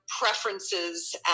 preferences